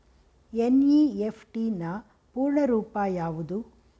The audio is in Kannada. ಎನ್.ಇ.ಎಫ್.ಟಿ ನ ಪೂರ್ಣ ರೂಪ ಯಾವುದು?